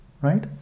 right